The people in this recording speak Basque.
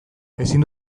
ezin